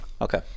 Okay